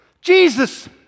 Jesus